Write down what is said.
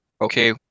okay